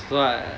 so I mm